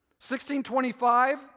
1625